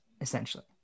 essentially